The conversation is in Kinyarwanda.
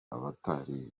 abatari